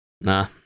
Nah